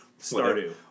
Stardew